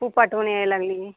खूप आठवण यायला लागली